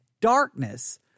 darkness